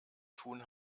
tun